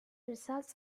results